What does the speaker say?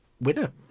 winner